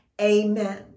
amen